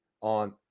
on